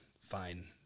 fine